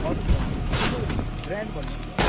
अरू फोन कुन चाहिँ ब्रान्ड भन्नुहोस् न